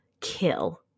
kill